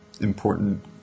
important